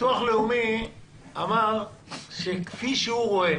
הוא אמר שכפי שהוא רואה